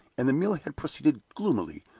and the meal had proceeded gloomily,